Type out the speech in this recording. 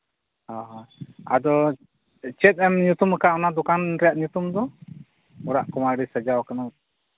ᱦᱚᱸ ᱦᱚᱸ ᱟᱫᱚ ᱪᱮᱫ ᱮᱢ ᱧᱩᱛᱩᱢ ᱟᱠᱟᱜᱼᱟ ᱚᱱᱟ ᱫᱚᱠᱟᱱ ᱨᱮᱭᱟᱜ ᱧᱩᱛᱩᱢ ᱫᱚ ᱚᱲᱟᱜ ᱠᱚᱢᱟ ᱟᱹᱰᱤ ᱥᱟᱡᱟᱣ ᱠᱟᱱᱟ